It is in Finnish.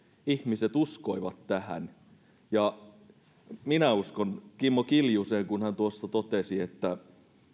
ihmiset uskoivat tähän minä uskon kimmo kiljuseen kun hän tuossa totesi että